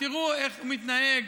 תראו הוא איך מתנהג,